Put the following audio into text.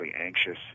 anxious